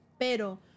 Pero